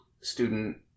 student